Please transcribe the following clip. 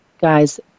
guys